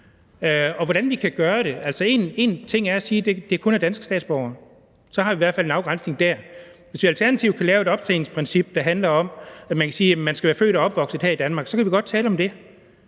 Én ting er at sige, at det kun er til danske statsborgere. Så har vi i hvert fald en afgrænsning der. Hvis vi alternativt kan lave et optjeningsprincip, der handler om, at man kan sige, at man skal være født og opvokset her i Danmark, så kan vi godt tale om det.